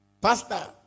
Pastor